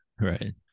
right